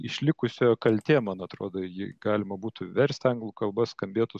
išlikusiojo kaltė man atrodo jį galima būtų versti anglų kalba skambėtų